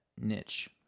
niche